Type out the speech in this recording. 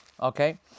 Okay